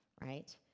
right